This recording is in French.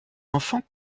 enfants